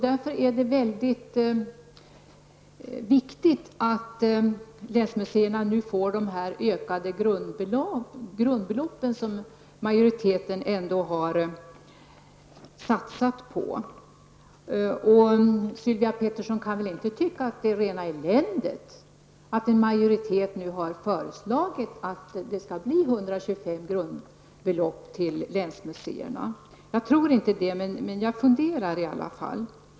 Därför är det väldigt viktigt att länsmuseerna nu får dessa ökade grundbelopp som majoriteten vill satsa på. Sylvia Pettersson kan väl inte tycka att det är rena eländet att en majoritet har föreslagit att det skall bli 125 grundbelopp till länsmuseerna. Jag tror inte det, men jag funderar i alla fall.